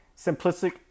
simplistic